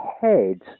Head